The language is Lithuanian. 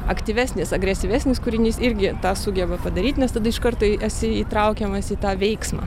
aktyvesnis agresyvesnis kūrinys irgi tą sugeba padaryt nes tada iš karto i esi įtraukiamas į tą veiksmą